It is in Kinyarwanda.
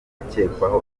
akekwaho